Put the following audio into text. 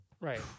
Right